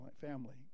family